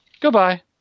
Goodbye